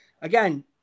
again